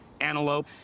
antelope